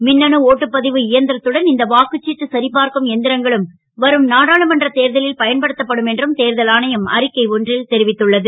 மின்னணு ஓட்டுப வு இயந் ரத்துடன் இந்த வாக்கு சிட்டு சரிபார்க்கும் எந் ரங்களும் வரும் நாடாளுமன்றத் தேர்தலில் பயன்படுத்தப்படும் என்றும் தேர்தல் ஆணையம் அறிக்கை ஒன்றில் தெரிவித்துள்ளது